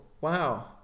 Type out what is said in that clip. wow